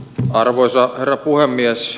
arvoisa herra puhemies